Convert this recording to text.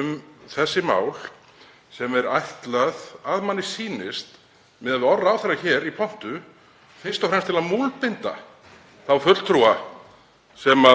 um þessi mál sem er ætlað að manni sýnist, miðað við orð ráðherra hér í pontu, fyrst og fremst til að múlbinda þá fulltrúa sem